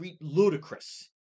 ludicrous